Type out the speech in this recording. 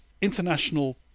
international